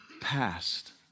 past